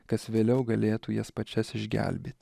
kas vėliau galėtų jas pačias išgelbėt